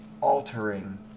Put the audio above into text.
altering